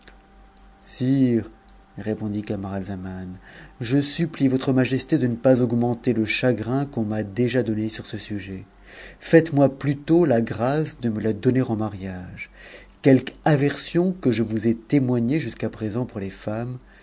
répondit camaralzaman je supplie votre majesté de ne pas itugmenter le chagrin qu'on m'a déja donné sur ce sujet faites-moi plu ct ta grâce de me la donner en mariage quelque aversion que je vous uf témoignée jusqu'à présent pour les femmes